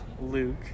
Luke